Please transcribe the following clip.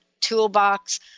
toolbox